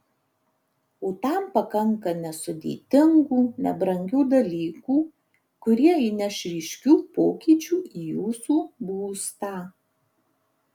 o tam pakanka nesudėtingų nebrangių dalykų kurie įneš ryškių pokyčių į jūsų būstą